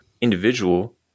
individual